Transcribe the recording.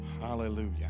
Hallelujah